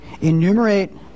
enumerate